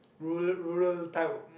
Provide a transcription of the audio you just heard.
rural rural type